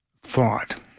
thought